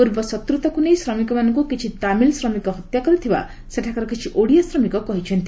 ପୂର୍ବ ଶତ୍ତାକୁ ନେଇ ଶ୍ରମିକମାନଙ୍କୁ କିଛି ତାମିଲ ଶ୍ରମିକ ହତ୍ୟା କରିଥିବା ସେଠାକାର କିଛି ଓଡିଆ ଶ୍ରମିକ କହିଛନ୍ତି